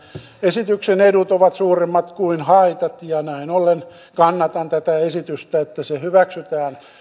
esityksen edut ovat suuremmat kuin haitat ja näin ollen kannatan sitä että tämä esitys hyväksytään